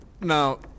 Now